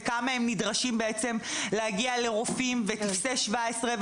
וכמה הם נדרשים להגיע לרופאים וטפסי 17,